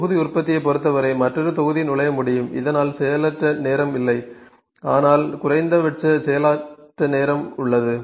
தொகுதி உற்பத்தியைப் பொறுத்தவரை மற்றொரு தொகுதி நுழைய முடியும் இதனால் செயலற்ற நேரம் இல்லை ஆனால் குறைந்தபட்ச செயலற்ற நேரம் உள்ளது